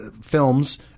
films